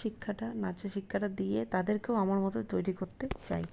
শিক্ষাটা নাচের শিক্ষাটা দিয়ে তাদেরকেও আমার মতো তৈরি করতে চাই